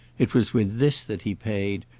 it was with this that he paid,